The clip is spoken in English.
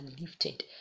lifted